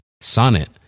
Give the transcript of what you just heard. Sonnet